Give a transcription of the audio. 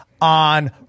on